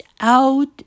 out